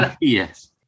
Yes